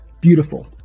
beautiful